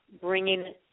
bringing